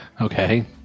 Okay